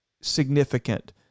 significant